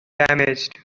damaged